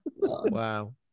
wow